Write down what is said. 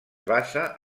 basa